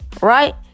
Right